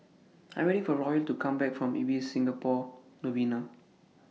I Am waiting For Royal to Come Back from Ibis Singapore Novena